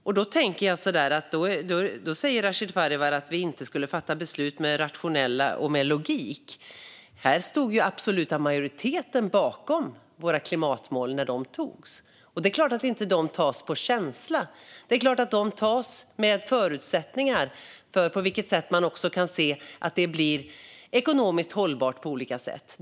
Rashid Farivar säger att vi inte skulle fatta beslut med rationalitet och logik. Här stod ju den absoluta majoriteten bakom våra klimatmål när de togs. Och det är klart att de inte tas på känsla. Det är klart att de tas med förutsättningar för hur man kan se till att det blir ekonomiskt hållbart på olika sätt.